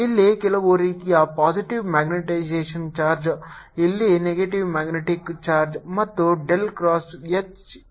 ಇಲ್ಲಿ ಕೆಲವು ರೀತಿಯ ಪಾಸಿಟಿವ್ ಮ್ಯಾಗ್ನೆಟಿಕ್ ಚಾರ್ಜ್ ಇಲ್ಲಿ ನೆಗೆಟಿವ್ ಮ್ಯಾಗ್ನೆಟಿಕ್ ಚಾರ್ಜ್ ಮತ್ತು del ಕ್ರಾಸ್ H ಈಗ 0 ಆಗಿದೆ